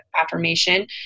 affirmation